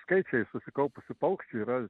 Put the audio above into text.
skaičiai susikaupusių paukščių yra